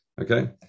Okay